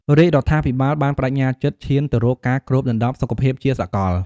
រាជរដ្ឋាភិបាលបានប្តេជ្ញាចិត្តឈានទៅរកការគ្របដណ្ដប់សុខភាពជាសកល។